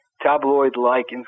tabloid-like